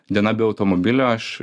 diena be automobilio aš